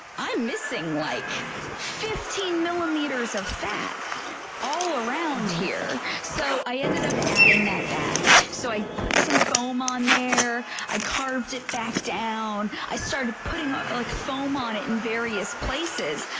i'm missing like fifteen millimeters of fat all around here. so i ended up adding that back. so i put some foam on there, i carved it back down. i started putting ah like foam on it in various places,